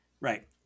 Right